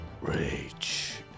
rage